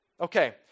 Okay